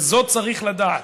וזאת צריך לדעת,